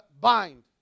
bind